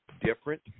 different